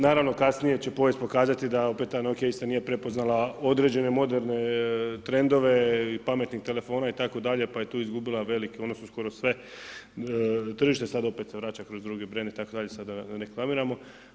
Naravno kasnije će povijest pokazati da opet ta Nokia isto nije prepoznala određene moderne trendove pametnih telefona itd., pa je tu izgubila velike, odnosno skoro sve tržište, sada opet se vraća kroz drugi brend itd., sada da ne reklamiramo.